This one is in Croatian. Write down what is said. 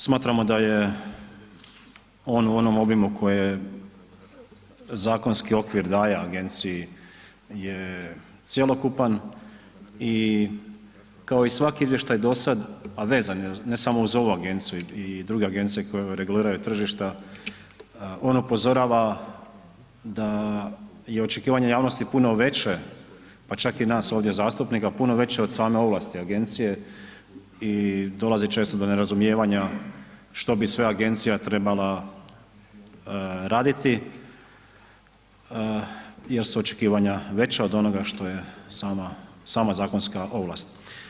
Smatramo da je on u onom obimu koji zakonski okvir daje agenciji je cjelokupan i kao i svaki izvještaj dosad, a vezan je ne samo uz ovu agenciju i druge agencije koje reguliraju tržišta, on upozorava da je očekivanje javnosti puno veće pa čak i nas ovdje zastupnika, puno veće od same ovlasti agencije i dolazi često do nerazumijevanja što bi sve agencija trebala raditi jer su očekivanja veća od onoga što je sama zakonska ovlast.